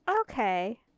Okay